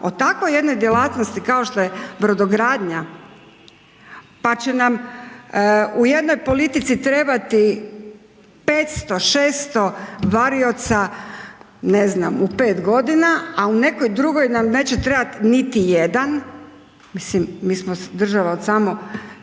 o takvoj jednoj djelatnosti kao što je brodogradnja, pa će nam u jednoj politici trebati 500, 600 varioca ne znam, u 5 godina, a u nekoj drugoj nam neće trebati niti jedan, mislim, mi smo država od samo